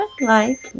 life